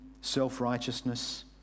self-righteousness